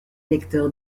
lecteur